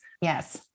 Yes